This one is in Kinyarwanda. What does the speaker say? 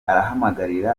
arahamagarira